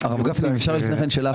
הרב גפני, אם אפשר לשאול שאלה אחת.